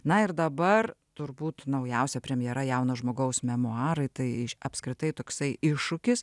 na ir dabar turbūt naujausia premjera jauno žmogaus memuarai tai apskritai toksai iššūkis